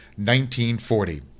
1940